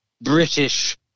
British